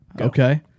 Okay